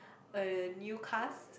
a new cast